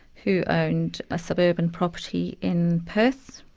who owned a suburban property in perth,